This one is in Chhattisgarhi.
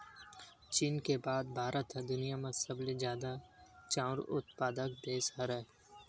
चीन के बाद भारत ह दुनिया म सबले जादा चाँउर उत्पादक देस हरय